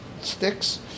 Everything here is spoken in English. sticks